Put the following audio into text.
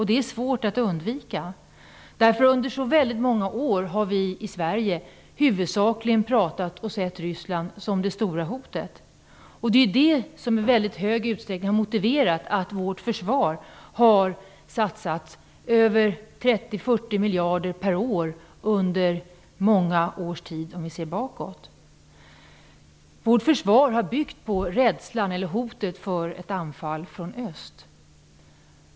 Det är svårt att undvika, därför att i många år har vi i Sverige huvudsakligen pratat om och sett på Ryssland som det stora hotet. Det är ju det som i väldigt stor utsträckning har motiverat att vårt försvar har satsat över 30-40 miljarder kronor per år under en period av flera år bakåt i tiden. Vårt försvar har byggt på rädslan för/hotet av ett anfall från öst.